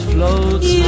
Floats